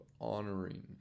honoring